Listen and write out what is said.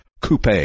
Coupe